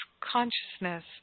consciousness